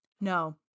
no